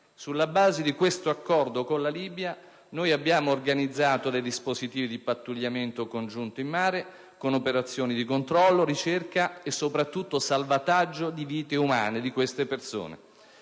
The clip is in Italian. Sulla base del suddetto accordo con la Libia abbiamo organizzato dispositivi di pattugliamento congiunto in mare con operazioni di controllo, ricerca e soprattutto salvataggio di vite umane; credo inoltre